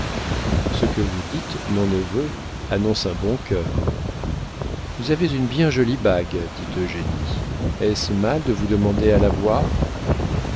ce que vous dites mon neveu annonce un bon cœur vous avez une bien jolie bague dit eugénie est-ce mal de vous demander à la voir